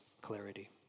clarity